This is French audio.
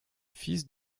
fils